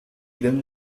then